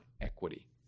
equity